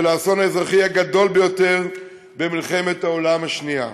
ולאסון האזרחי הגדול ביותר במלחמת העולם השנייה.